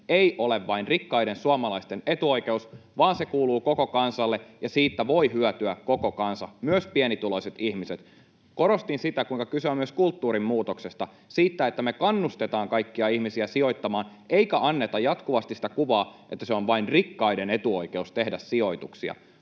ei ole vain rikkaiden suomalaisten etuoikeus vaan se kuuluu koko kansalle ja siitä voi hyötyä koko kansa, myös pienituloiset ihmiset. Korostin sitä, kuinka kyse on myös kulttuurin muutoksesta, siitä, että me kannustetaan kaikkia ihmisiä sijoittamaan eikä anneta jatkuvasti sitä kuvaa, että on vain rikkaiden etuoikeus tehdä sijoituksia.